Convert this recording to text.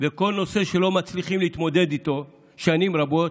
וכל נושא שלא מצליחים להתמודד איתו שנים רבות,